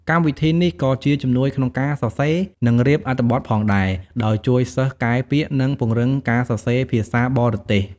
កម្មវិធីនេះក៏ជាជំនួយក្នុងការសរសេរ និងរៀបអត្ថបទផងដែរ ដោយជួយសិស្សកែពាក្យ និងពង្រឹងការសរសេរភាសាបរទេស។